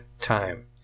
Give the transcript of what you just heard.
time